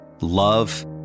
love